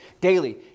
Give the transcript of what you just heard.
daily